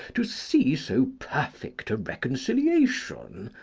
to see so perfect a reconciliation?